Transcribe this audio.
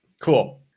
Cool